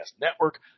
Network